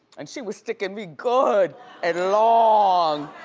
and she was stickin' me good and long.